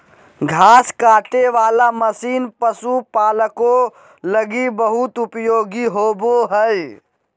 घास काटे वाला मशीन पशुपालको लगी बहुत उपयोगी होबो हइ